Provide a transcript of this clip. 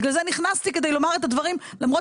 בגלל זה נכנסתי כדי לומר את הדברים למרות